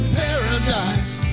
paradise